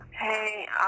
Hey